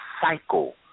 cycle